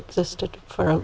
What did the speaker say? existed for a